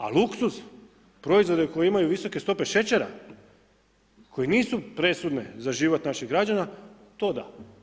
A luksuz proizvoda koji imaju visoke stope šećera koje nisu presudne za život naših građana, to da.